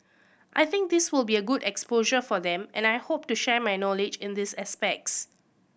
I think this will be a good exposure for them and I hope to share my knowledge in these aspects